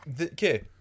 Okay